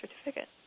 certificate